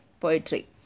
poetry